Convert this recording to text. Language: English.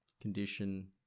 condition